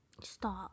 Stop